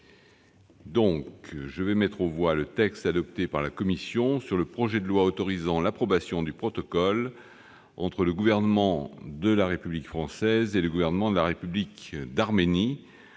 Je mets aux voix le texte adopté par la commission sur le projet de loi autorisant l'approbation du protocole entre le Gouvernement de la République française et le Gouvernement de la République d'Arménie